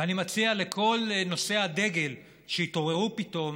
ואני מציע לכל נושאי הדגל שהתעוררו פתאום